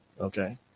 Okay